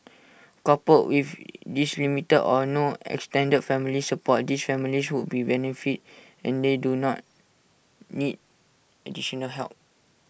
coupled with this limited or no extended family support these families would benefit and they do not need additional help